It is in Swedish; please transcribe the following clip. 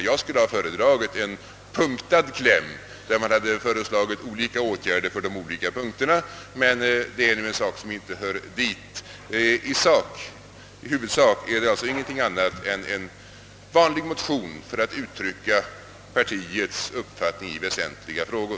Jag skulle ha föredragit en punktindelad kläm, där de olika åtgärderna förts upp under olika punkter, men det hör nu inte hit. I huvudsak är det inte fråga om någonting annat än en vanlig motion, som uttrycker högerpartiets uppfattning i väsentliga frågor.